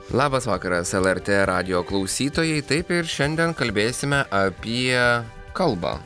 labas vakaras lrt radijo klausytojai taip ir šiandien kalbėsime apie kalbą